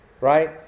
right